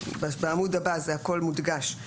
בעמוד הבא זה הכול מודגש,